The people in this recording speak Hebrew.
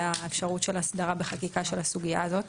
האפשרות של הסדרה בחקיקה של הסוגייה הזאת.